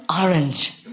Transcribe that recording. orange